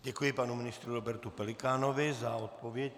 Děkuji panu ministrovi Robertu Pelikánovi za odpověď.